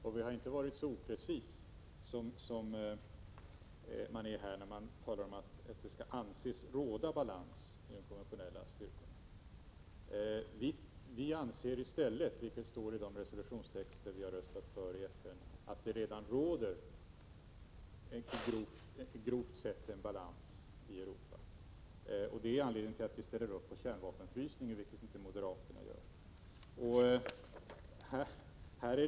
Och vi har inte varit så oprecisa som man är i det särskilda yttrandet när man säger att det skall anses råda balans mellan de konventionella styrkorna. Vi anser i stället, vilket står i de resolutionstexter som vi har röstat för i FN, att det grovt sett redan råder balans i Europa. Det är anledningen till att vi ställer upp på kärnvapenfrysningen, vilket moderaterna inte gör.